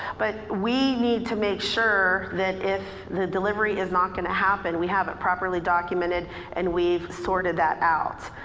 but we need to make sure that if the delivery is not gonna happen we have it properly documented and we've sorted that out.